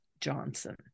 Johnson